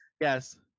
yes